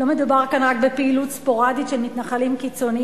לא מדובר כאן רק בפעילות ספוראדית של מתנחלים קיצונים